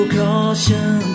caution